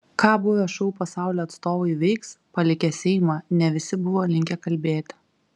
ką buvę šou pasaulio atstovai veiks palikę seimą ne visi buvo linkę kalbėti